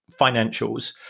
financials